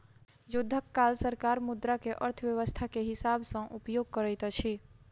युद्धक काल सरकार मुद्रा के अर्थव्यस्था के हिसाब सॅ उपयोग करैत अछि